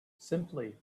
simply